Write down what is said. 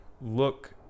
look